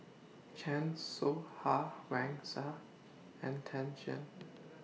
Chan Soh Ha Wang Sha and Tan Shen